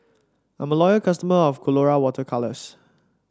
I'm loyal customer of Colora Water Colours